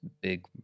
big